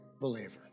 believer